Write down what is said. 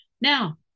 Now